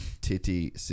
titty